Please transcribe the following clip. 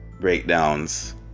breakdowns